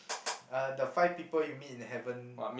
uh the Five People You Meet in Heaven